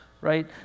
right